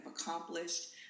accomplished